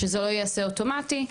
שזה לא ייעשה אוטומטי.